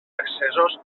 accessos